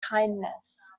kindness